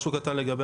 משהו לגבי